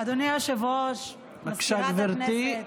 אדוני היושב-ראש, מזכירת הכנסת,